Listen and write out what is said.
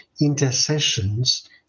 intercessions